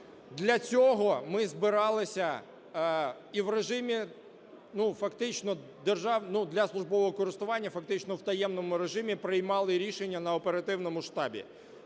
Для цього ми збиралися і в режимі для службового користування, фактично в таємному режимі приймали рішення на оперативному штабі.